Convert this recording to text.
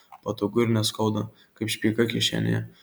patogu ir neskauda kaip špyga kišenėje